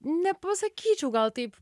nepasakyčiau gal taip